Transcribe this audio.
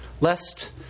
Lest